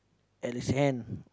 at his hand